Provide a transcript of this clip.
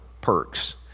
perks